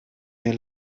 mir